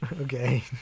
okay